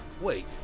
Wait